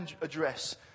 address